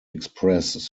express